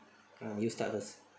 ah you start first